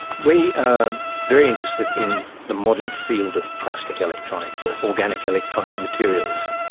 we are very interested in the modern field of plastic electronics or organic electronic materials,